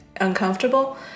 uncomfortable